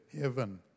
heaven